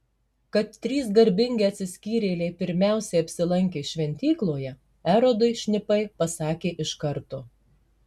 kad trys garbingi atsiskyrėliai pirmiausiai apsilankė šventykloje erodui šnipai pasakė iš karto